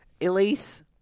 Elise